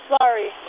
sorry